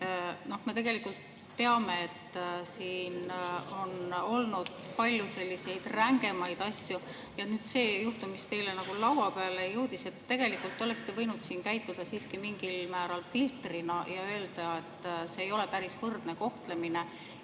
Me teame, et siin on olnud palju rängemaid asju. Nüüd see juhtum, mis teile laua peale jõudis – tegelikult te oleksite võinud siin käituda siiski mingil määral filtrina ja öelda, et see ei ole päris võrdne kohtlemine,